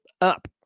up